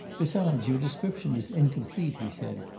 besides, your description is incomplete, he said.